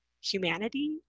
humanity